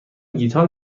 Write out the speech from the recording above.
گیتار